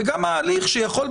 וגם ההליך שיכול,